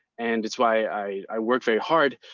and it's why i work very hard,